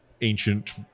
ancient